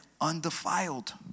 undefiled